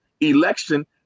election